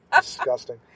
Disgusting